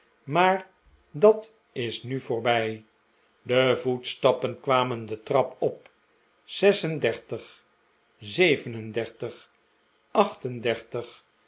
maar dat is nu voorbij de voetstappen kwamen de trap op zes en